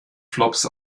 flops